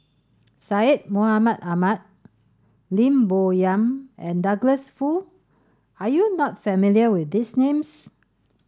Syed Mohamed Ahmed Lim Bo Yam and Douglas Foo are you not familiar with these names